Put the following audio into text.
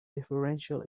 differential